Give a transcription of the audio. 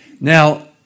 Now